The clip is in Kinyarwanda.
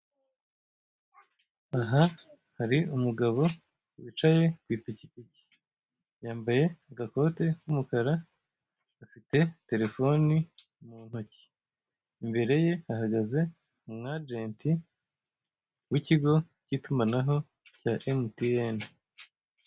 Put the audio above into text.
Aha hari umugabo wicaye ku ipikipiki, yambaye agakote k'umukara afite telefone mu ntoki, imbere ye hahagaze umu ajenti w'ikigo k'itumanaho cya emutiyeni.